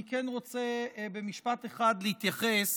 אני כן רוצה במשפט אחד להתייחס